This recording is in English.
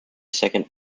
second